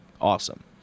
awesome